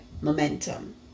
momentum